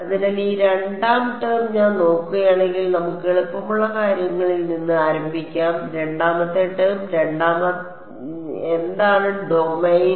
അതിനാൽ ഈ രണ്ടാം ടേം ഞാൻ നോക്കുകയാണെങ്കിൽ നമുക്ക് എളുപ്പമുള്ള കാര്യങ്ങളിൽ നിന്ന് ആരംഭിക്കാം രണ്ടാമത്തെ ടേം രണ്ടാമത്തെ ടേം എന്താണ് ഡൊമെയ്ൻ